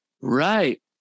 right